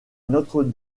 notre